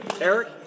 Eric